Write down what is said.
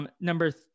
Number